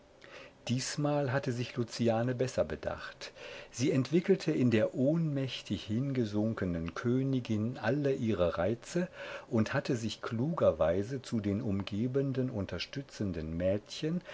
diesmal hatte sich luciane besser bedacht sie entwickelte in der ohnmächtig hingesunkenen königin alle ihre reize und hatte sich klugerweise zu den umgebenden unterstützenden mädchen